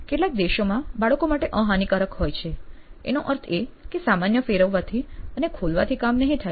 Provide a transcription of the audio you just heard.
કેટલાક દેશોમાં બાળકો માટે અહાનિકારક હોય છે એનો અર્થ એ કે સામાન્ય ફેરવવાથી અને ખોલવાથી કામ નહીં થાય